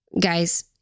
guys